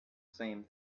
same